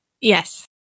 Yes